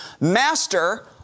Master